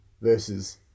versus